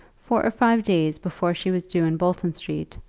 four or five days before she was due in bolton street,